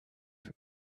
for